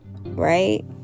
right